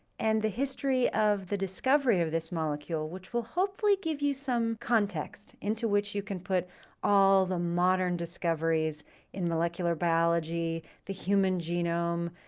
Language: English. and the history of the discovery of this molecule which will hopefully give you some context into which you can put all the modern discoveries in molecular biology, the human genome,